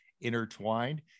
intertwined